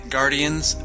Guardians